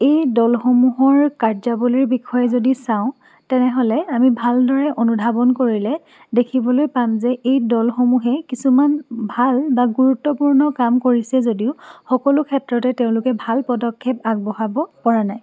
এই দলসমূহৰ কাৰ্য্য়াৱলীৰ যদি চাওঁ তেনেহ'লে আমি ভালদৰে অনুধাৱন কৰিলে দেখিবলৈ পাম যে এই দলসমূহে কিছুমান ভাল বা গুৰুত্বপূৰ্ণ কাম কৰিছে যদিও সকলো ক্ষেত্ৰতে তেওঁলোকে ভাল পদক্ষেপ আগবঢ়াব পৰা নাই